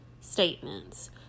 statements